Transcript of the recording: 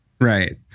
Right